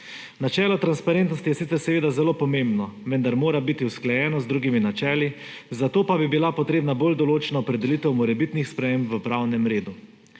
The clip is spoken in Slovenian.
Načelo transparentnosti je sicer seveda zelo pomembno, vendar mora biti usklajeno z drugimi načeli, zato pa bi bila potrebna bolj določna opredelitev morebitnih sprememb v pravnem redu.